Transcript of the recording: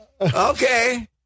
Okay